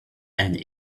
and